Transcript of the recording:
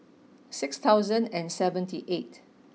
six thousand and seventy eight